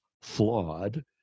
flawed